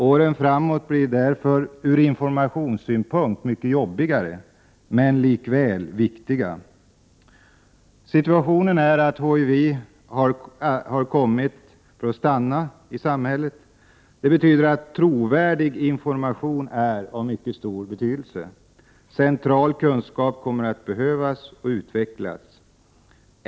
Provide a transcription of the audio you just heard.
Åren framåt blir från informationssynpunkt jobbigare, men lika viktiga. HIV har kommit för att stanna i samhället. Det betyder att trovärdig information har mycket stor betydelse. Central kunskap kommer att behövas och utvecklas.